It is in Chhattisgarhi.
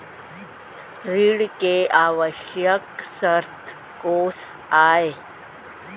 ऋण के आवश्यक शर्तें कोस आय?